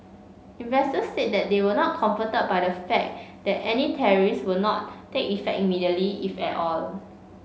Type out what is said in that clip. investors said they were not comforted by the fact that any tariffs would not take effect immediately if at all